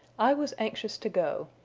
i was anxious to go.